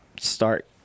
start